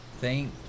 Thank